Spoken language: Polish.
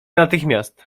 natychmiast